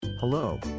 Hello